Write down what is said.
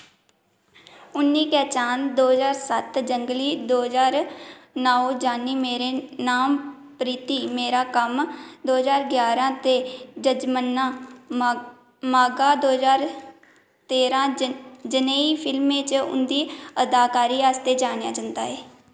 उ'नें गी चांद दो ज्हार सत्त जंगली दो ज्हार नौ जानी मेराे नाम प्रीति मेरा कम्म दो ज्हार ग्यारां ते जयम्मना मागा दो ज्हार तेरां जनेही फिल्में च उं'दी अदाकारी आस्तै जानेआ जंदा ऐ